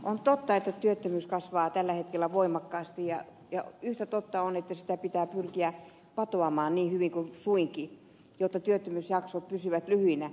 on totta että työttömyys kasvaa tällä hetkellä voimakkaasti ja yhtä totta on että sitä pitää pyrkiä patoamaan niin hyvin kuin suinkin jotta työttömyysjaksot pysyvät lyhyinä